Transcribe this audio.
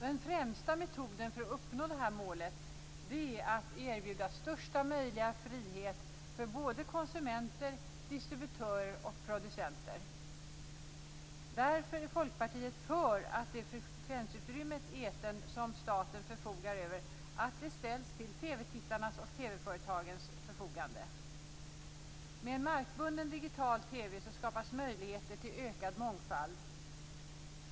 Den främsta metoden för att uppnå det här målet är att erbjuda största möjliga frihet för både konsumenter, distributörer och producenter. Därför är Folkpartiet för att det frekvensutrymme i etern som staten förfogar över ställs till TV-tittarnas och TV företagens förfogande. Med en markbunden digital TV skapas möjligheter till ökad mångfald.